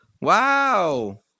Wow